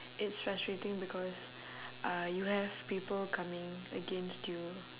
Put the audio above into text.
it's frustrating because uh you have people coming against you